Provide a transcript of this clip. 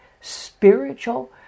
spiritual